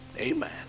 Amen